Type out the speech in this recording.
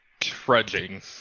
trudging